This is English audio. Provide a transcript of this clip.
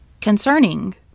concerning